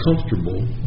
comfortable